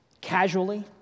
casually